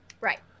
Right